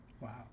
Wow